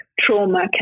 trauma